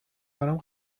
برام